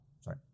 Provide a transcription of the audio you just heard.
sorry